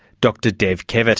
dr dev kevat.